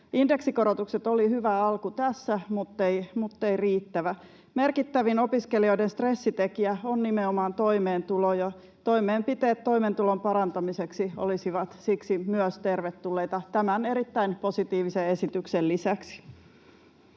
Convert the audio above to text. Indeksikorotukset olivat tässä hyvä alku, muttei riittävä. Merkittävin opiskelijoiden stressitekijä on nimenomaan toimeentulo, ja toimenpiteet toimeentulon parantamiseksi olisivat siksi myös tervetulleita tämän erittäin positiivisen esityksen lisäksi.